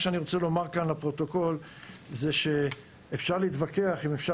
אני רוצה לומר לפרוטוקול שאפשר להתווכח אם אפשר